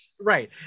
Right